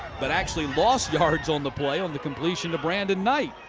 but actually lost yards on the play on the completion of brandon knight.